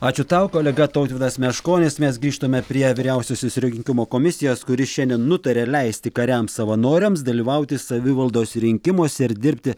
ačiū tau kolega tautvydas meškonis mes grįžtame prie vyriausiosios rinkimų komisijos kuri šiandien nutarė leisti kariams savanoriams dalyvauti savivaldos rinkimuose ir dirbti